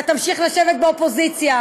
אתה תמשיך לשבת באופוזיציה,